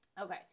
okay